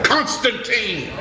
Constantine